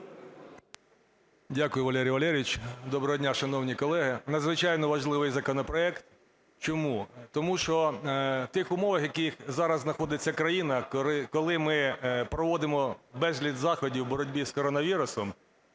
Дякую, Валерій Валерійович. Доброго дня, шановні колеги! Надзвичайно важливий законопроект. Чому? Тому що в тих умовах, в яких зараз знаходиться країна, коли ми проводимо безліч заходів у боротьбі з коронавірусом,